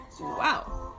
Wow